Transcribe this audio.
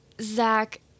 Zach